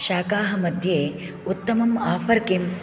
शाकाः मध्ये उत्तमम् आफर् किम्